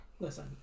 Listen